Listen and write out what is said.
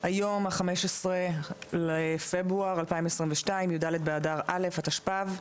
היום ה-15 בפברואר 2022, י"ד באדר א' התשפ"ב.